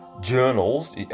journals